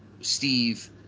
Steve